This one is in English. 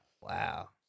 Wow